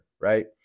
Right